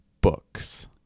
books